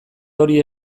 hori